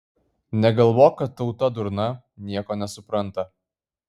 negalvok kad tauta durna nieko nesupranta